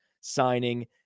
signing